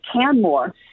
Canmore